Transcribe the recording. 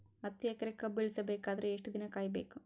ಹತ್ತು ಎಕರೆ ಕಬ್ಬ ಇಳಿಸ ಬೇಕಾದರ ಎಷ್ಟು ದಿನ ಕಾಯಿ ಬೇಕು?